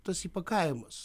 tas įpakavimas